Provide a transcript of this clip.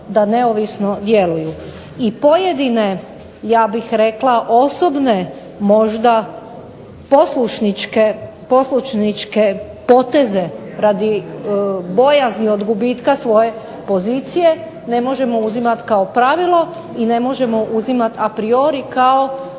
da neovisno djeluju. I pojedine ja bih rekla osobne možda poslušničke poteze radi bojazni od gubitka svoje pozicije ne možemo uzimati kao pravilo i ne možemo uzimati a priori kao